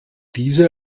diese